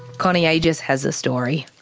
connie agius has the story.